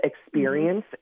experience